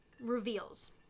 reveals